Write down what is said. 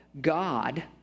God